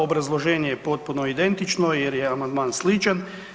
Obrazloženje je potpuno identično jer je amandman sličan.